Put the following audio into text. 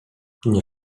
nie